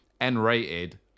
N-rated